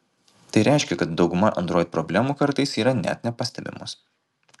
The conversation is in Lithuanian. tai reiškia kad dauguma android problemų kartais yra net nepastebimos